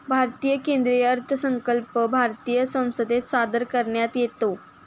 भारतीय केंद्रीय अर्थसंकल्प भारतीय संसदेत सादर करण्यात येतो